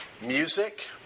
music